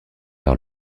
par